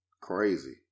Crazy